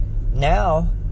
Now